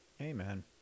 Amen